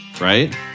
right